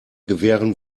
gewähren